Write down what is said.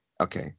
Okay